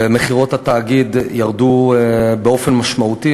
ומכירות התאגיד שירדו משמעותית,